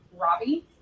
Robbie